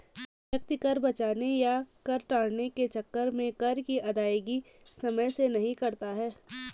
व्यक्ति कर बचाने या कर टालने के चक्कर में कर की अदायगी समय से नहीं करता है